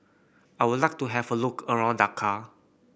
I would like to have a look around Dakar